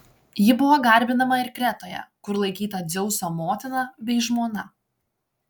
ji buvo garbinama ir kretoje kur laikyta dzeuso motina bei žmona